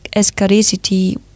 scarcity